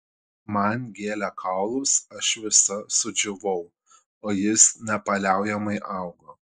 man gėlė kaulus aš visa sudžiūvau o jis nepaliaujamai augo